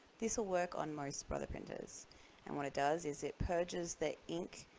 this will work on most brother printers and what it does is it purges the ink